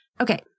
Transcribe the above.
Okay